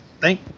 Thank